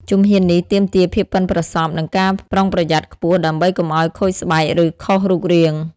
ជំហាននេះទាមទារភាពប៉ិនប្រសប់និងការប្រុងប្រយ័ត្នខ្ពស់ដើម្បីកុំឱ្យខូចស្បែកឬខុសរូបរាង។